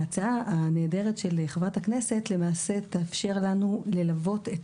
ההצעה הנהדרת של חברת הכנסת אבתיסאם מראענה תאפשר לנו ללוות,